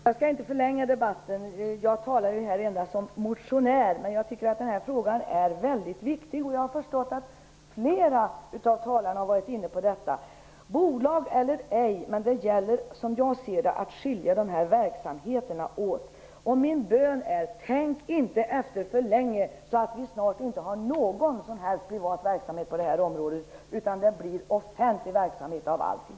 Herr talman! Jag skall inte förlänga debatten. Jag talar här endast som motionär. Jag tycker att den här frågan är mycket viktig. Jag har förstått att flera av talarna har varit inne på detta. Det gäller att skilja dessa verksamheter åt vare sig det är bolag eller ej. Min bön är: Tänk inte efter för länge! Då har vi snart inte någon som helst privat verksamhet på det här området utan det blir offentlig verksamhet av allting.